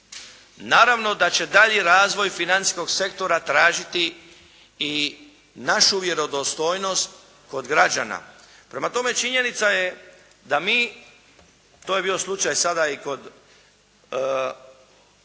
Naravno da će daljnji razvoj financijskog sektora tražiti i našu vjerodostojnost kod građana. Prema tome činjenica je da mi, to je bio slučaj sada i kod ove